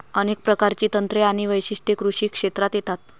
अनेक प्रकारची तंत्रे आणि वैशिष्ट्ये कृषी क्षेत्रात येतात